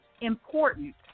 important